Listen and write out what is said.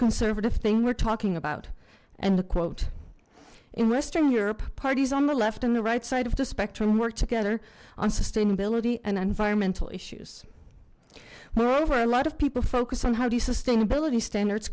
conservative thing we're talking about and the quote in western europe parties on the left and the right side of the spectrum work together on sustainability and environmental issues moreover a lot of people focus on how the sustainability standards